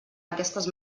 aquestes